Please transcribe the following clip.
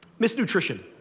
misnutrition.